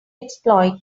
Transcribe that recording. exploit